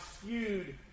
skewed